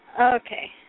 Okay